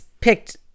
picked